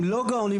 הם לא באוניברסיטה,